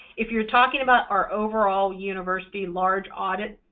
if you're talking about our overall university large audit,